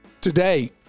Today